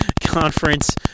conference